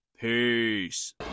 Peace